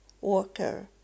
Walker